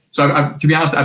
so, um to be honest, um